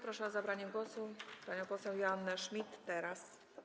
Proszę o zabranie głosu panią poseł Joannę Schmidt, Teraz!